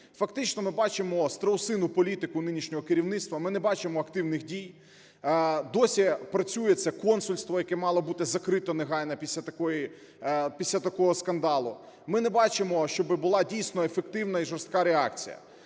Фактично ми бачимо страусину політику нинішнього керівництва, ми не бачимо активних дій. Досі працює це консульство, яке мало бути закрито негайно після такого скандалу. Ми не бачимо, щоби була, дійсно, ефективна і жорстка реакція.